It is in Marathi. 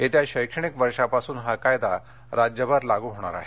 येत्या शैक्षणिक वर्षापासून हा कायदा राज्यभर लागू होणार आहे